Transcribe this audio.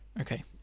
okay